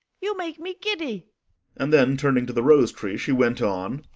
you make me giddy and then, turning to the rose-tree, she went on,